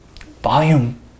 Volume